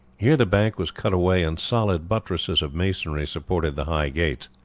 here the bank was cut away, and solid buttresses of masonry supported the high gates.